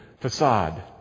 facade